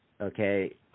Okay